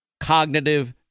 cognitive